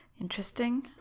Interesting